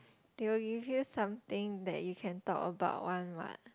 they will give you something that you can talk about one what